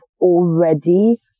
already